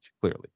Clearly